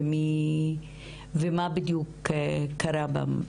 ומה בדיוק קרה.